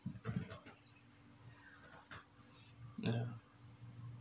yeah